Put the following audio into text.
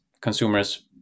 consumers